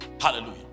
Hallelujah